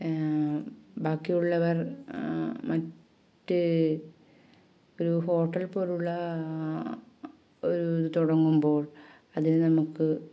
ബാക്കിയുള്ളവർ മറ്റ് ഒരു ഹോട്ടൽ പോലെയുള്ള ഒരു തുടങ്ങുമ്പോൾ അതിന് നമുക്ക്